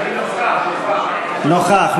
נוכח.